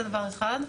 זה דבר אחד,